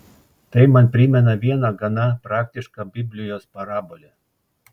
tai man primena vieną gana praktišką biblijos parabolę